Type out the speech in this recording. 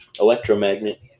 electromagnet